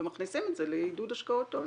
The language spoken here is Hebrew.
ומכניסים את זה לעידוד השקעות הון.